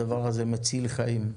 הדבר הזה מציל חיים.